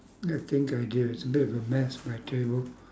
I think I did it's a bit of a mess my table